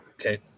Okay